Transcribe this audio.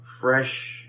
fresh